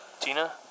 Tina